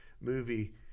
movie